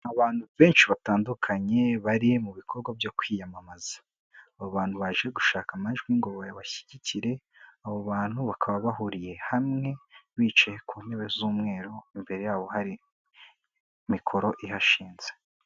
Abantu benshi batandukanye bari mu bikorwa byo kwiyamamaza, abo bantu baje gushaka amajwi ngo babashyigikire, abo bantu bakaba bahuriye hamwe, bicaye ku ntebe z'umweru, imbere yabo hari mikoro ihashinze.